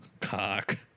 cock